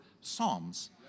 Psalms